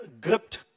gripped